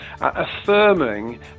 affirming